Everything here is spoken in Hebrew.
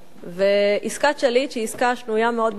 עסקת שליט, שהיא עסקה שנויה מאוד במחלוקת,